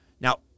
Now